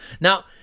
Now